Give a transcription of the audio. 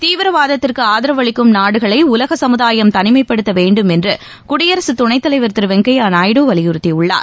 தீவிரவாதத்திற்கு ஆதரவு அளிக்கும் நாடுகளை உலக சமுதாயம் தனிமைப்படுத்த வேண்டும் என்று குடியரசு துணைத்தலைவர் திரு வெங்கையா நாயுடு வலியறுத்தியுள்ளார்